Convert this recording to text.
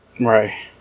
Right